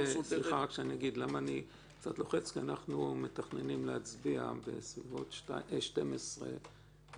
אומר רק למה אני קצת לוחץ כי אנחנו מתכננים להצביע באזור 12:15,